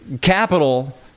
capital